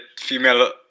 female